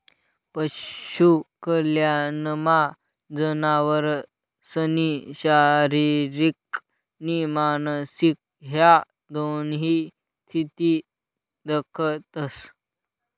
पशु कल्याणमा जनावरसनी शारीरिक नी मानसिक ह्या दोन्ही स्थिती दखतंस